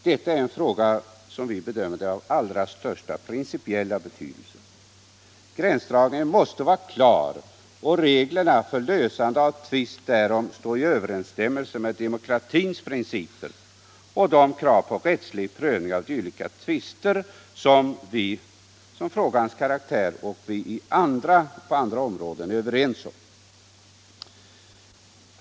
Detta är en fråga som vi bedömer vara av allra största principiella betydelse. Gränsdragningen måste vara klar och reglerna för lösande av tvist därom stå i överensstämmelse med demokratins principer och de krav på rättslig prövning av dylika tvister som frågans karaktär motiverar och som vi på andra områden är överens om.